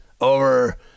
over